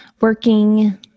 working